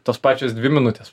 tos pačios dvi minutės